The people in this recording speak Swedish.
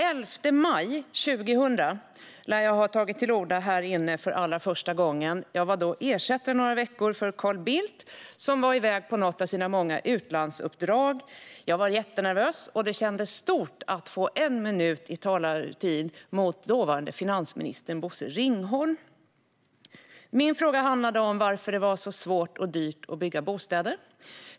Den 11 maj 2000 tog jag till orda här inne för allra första gången. Jag var ersättare i några veckor för Carl Bildt, som var iväg på något av sina många utlandsuppdrag. Jag var jättenervös, och det kändes stort att få en minuts talartid mot dåvarande finansministern Bosse Ringholm. Min fråga handlade om varför det var så svårt och dyrt att bygga bostäder.